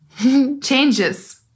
changes